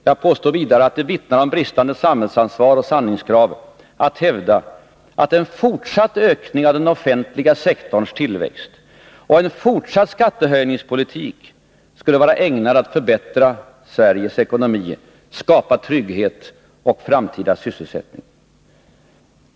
Jag påstår vidare att det vittnar om bristande samhällsansvar och sanningskrav att hävda att en fortsatt ökning av den offentliga sektorns tillväxt och en fortsatt skattehöjningspolitik skulle vara ägnade att förbättra Sveriges ekonomi, skapa trygghet och framtida sysselsättning.